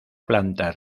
planta